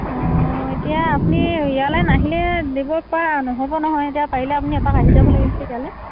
অঁ এতিয়া আপুনি ইয়ালৈ নাহিলে দিবপৰা নহ'ব নহয় এতিয়া পাৰিলে আপুনি এপাক আহি যাব লাগিছিলে ইয়ালৈ